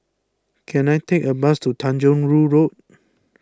can I take a bus to Tanjong Rhu Road